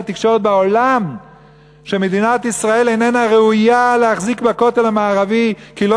התקשורת בעולם שמדינת ישראל איננה ראויה להחזיק בכותל המערבי כי היא